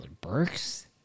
Burks